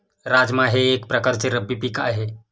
राजमा हे एक प्रकारचे रब्बी पीक आहे